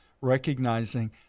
recognizing